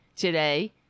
today